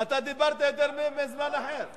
אתה דיברת יותר בזמן אחר.